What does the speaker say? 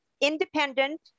independent